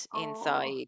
inside